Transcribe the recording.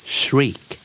shriek